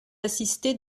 assistés